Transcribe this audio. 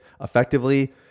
effectively